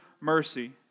mercy